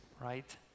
right